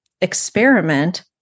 experiment